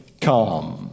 come